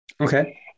Okay